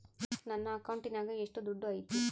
ನನ್ನ ಅಕೌಂಟಿನಾಗ ಎಷ್ಟು ದುಡ್ಡು ಐತಿ?